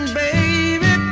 baby